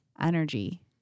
energy